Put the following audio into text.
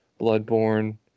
Bloodborne